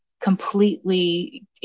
completely